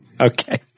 Okay